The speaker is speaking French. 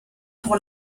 pour